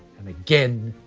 and again,